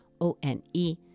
O-N-E